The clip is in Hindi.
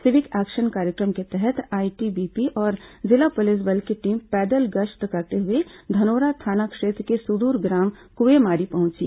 सिविक एक्शन कार्यक्रम के तहत आईटीबीपी और जिला पुलिस बल की टीम पैदल गश्त करते हुए धनोरा थाना क्षेत्र के सुदूर ग्राम कुएमारी पहुंची